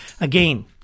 Again